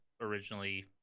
originally